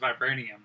vibranium